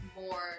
more